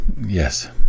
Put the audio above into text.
yes